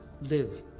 live